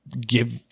give